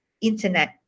internet